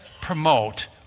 promote